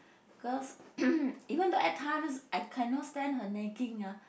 because even though at times I cannot stand her nagging ah